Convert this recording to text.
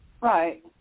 Right